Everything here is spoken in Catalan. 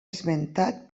esmentat